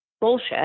bullshit